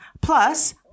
plus